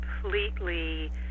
completely